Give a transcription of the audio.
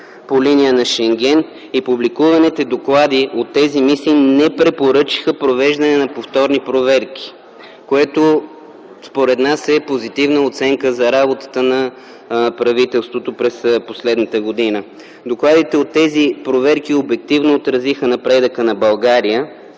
по линия на Шенген и публикуваните доклади от тези мисии не препоръчаха провеждане на повторни проверки, което според нас е позитивна оценка за работата на правителството през последната година. Докладите от тези проверки обективно отразиха напредъка на България,